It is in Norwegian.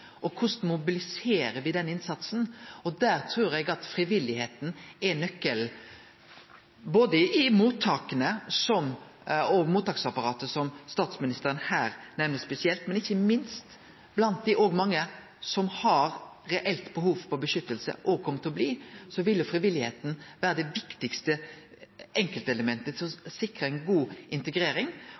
Korleis mobiliserer me den innsatsen? Der trur eg at frivilligheita er nøkkelen. Både i mottaka og mottaksapparatet, som statsministeren her nemnde spesielt, og ikkje minst òg blant dei mange som har reelt behov for beskyttelse, og som kjem til å bli, ville frivilligheita vere det viktigaste enkeltelementet for å sikre ei god integrering.